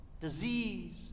disease